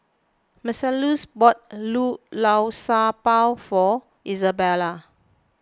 Marcellus bought Lu Lao Sha Bao for Isabela